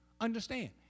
understand